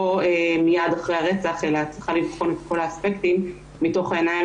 מייד אחרי הרצח אלא צריכים לבחון את כל האספקטים מתוך העיניים